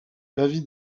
l’avis